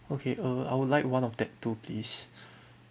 okay uh I would like one of that too please